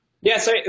Yes